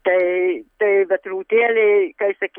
tai tai bet rūtelė kai sakyt